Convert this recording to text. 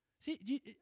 See